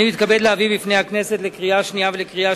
אני מתכבד להביא בפני הכנסת לקריאה שנייה ולקריאה